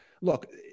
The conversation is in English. look